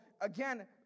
again